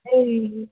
ए